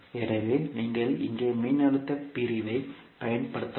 எனவே நீங்கள் இங்கே மின்னழுத்த பிரிவைப் பயன்படுத்தலாம்